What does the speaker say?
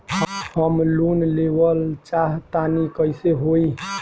हम लोन लेवल चाह तानि कइसे होई?